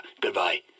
Goodbye